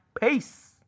Peace